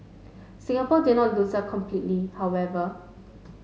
Singapore did not lose out completely however